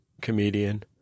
comedian